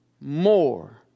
more